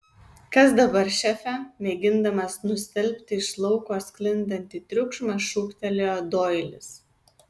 kas dabar šefe mėgindamas nustelbti iš lauko sklindantį triukšmą šūktelėjo doilis